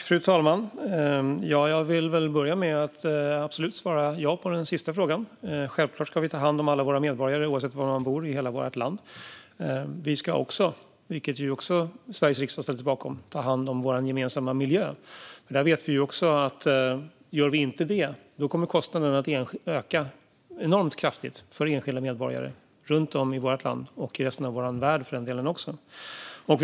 Fru talman! Jag vill börja med att absolut svara ja på den sista frågan. Självklart ska vi ta hand om alla våra medborgare, oavsett var de bor i hela vårt land. Vi ska också, vilket även Sveriges riksdag har ställt sig bakom, ta hand om vår gemensamma miljö. Gör vi inte det vet vi att kostnaderna kommer att öka enormt kraftigt för enskilda medborgare runt om i vårt land, och för den delen i resten av vår värld.